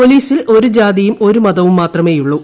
പോലീസിൽ ഒരു ജാതിയും ഒരു മതവും മാത്രമേയുള്ളൂ